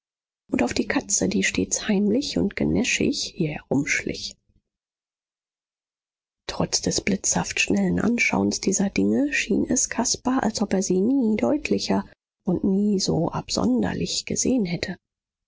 und auf die katze die stets heimlich und genäschig hier herumschlich trotz des blitzhaft schnellen anschauens dieser dinge schien es caspar als ob er sie nie deutlicher und nie so absonderlich gesehen hätte